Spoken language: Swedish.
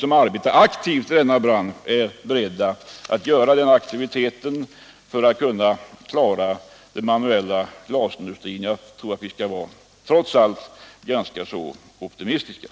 Jag anser att detta var ett alltför kategoriskt konstaterande. Med rätt organisation bör vi kunna sysselsätta de anställda vi har i dag,